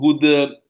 good